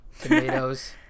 tomatoes